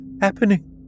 happening